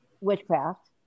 witchcraft